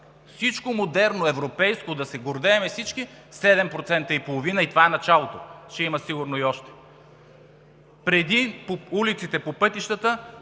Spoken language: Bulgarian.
всичко модерно, европейско, да се гордеем всички – 7,5%. И това е началото! Ще има сигурно и още. Преди по улиците, по пътищата